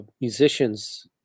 musicians